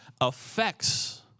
affects